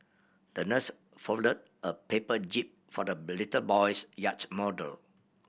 the nurse folded a paper jib for the little boy's yacht model